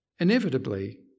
Inevitably